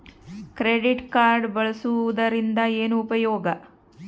Credit card ಬಳಸುವದರಿಂದ ಏನು ಉಪಯೋಗ?